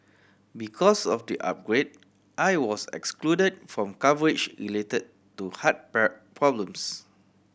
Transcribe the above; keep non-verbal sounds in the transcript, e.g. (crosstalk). because of the upgrade I was excluded from coverage related to heart (unintelligible) problems